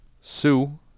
Sue